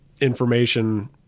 information